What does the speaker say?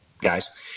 guys